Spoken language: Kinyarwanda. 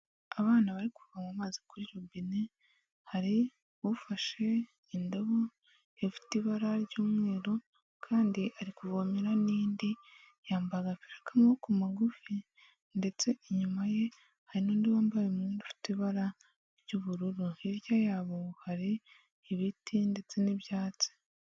Abana bari kuvoma amazi kuri robine, hari ufashe indobo ifite ibara ry'umweru kandi ari kuvomera n'indi, yambaye agapira k'amaboko magufi ndetse inyuma ye hari n'undi wambaye umwenda ufite ibara ry'ubururu, hirya yabo hari ibiti ndetse n'ibyatsi.